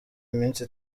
iminsi